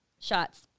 shots